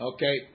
Okay